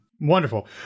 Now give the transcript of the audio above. Wonderful